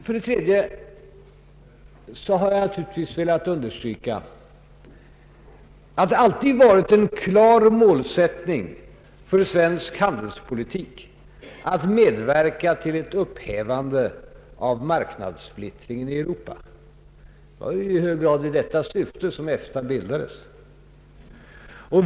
För det tredje har jag naturligtvis velat understryka, att det alltid varit en klar målsättning för svensk handelspolitik att medverka till ett upphävande av marknadssplittringen i Europa. Det var i hög grad i detta syfte som EFTA bildades.